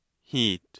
heat